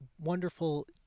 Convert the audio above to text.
wonderful